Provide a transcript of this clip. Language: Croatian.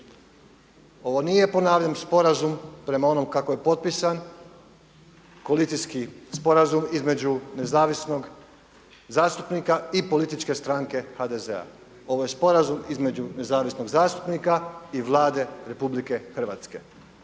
Ovo nije ponavljam sporazum prema onom kako je potpisan, koalicijski sporazum između nezavisnog zastupnika i političke stranke HDZ-a. Ovo je sporazum između nezavisnog zastupnika i Vlade Republike Hrvatske.